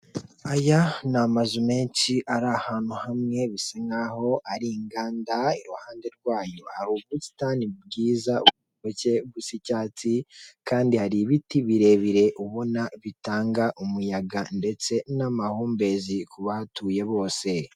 Aya ni amazu menshi ari ahantu hamwe bisa nkaho ari inganda iruhande rwayo hari ubusitani bwiza ndetse busa icyatsi kandi hari ibiti birebire ubona bitanga umuyaga ndetse n'amahumbezi kabahatuye bose.